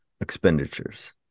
expenditures